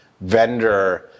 vendor